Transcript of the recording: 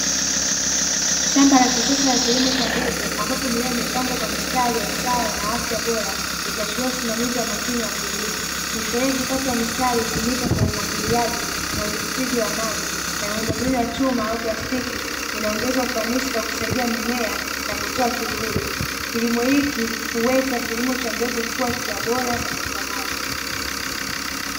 Shamba la kisasa ya kilimo cha mbegu ambapo mimea imepangwa kwa mistari ya usawa na afya bora ikiachiliwa usimamizi makini wa kilimo, mifereji kati ya mistari hutumika kwa umwagiliaji na uzibitiji wa maji na miundombinu ya chuma au plastiki inaongeza ufanisi kusaidia mimea na kutoa kivuli kilimo hiki huweka kilimo cha mbegu kuwa bora na cha thamani.